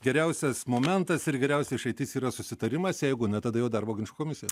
geriausias momentas ir geriausia išeitis yra susitarimas jeigu ne tada jau darbo ginčų komisija